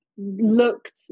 looked